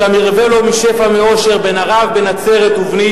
"שם ירווה לו משפע ואושר/ בן ערב בן נצרת ובני/